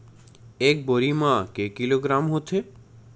एक बोरी म के किलोग्राम होथे?